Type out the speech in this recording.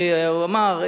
הוא אמר,